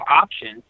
options